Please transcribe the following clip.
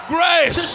Grace